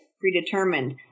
predetermined